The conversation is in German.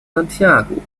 santiago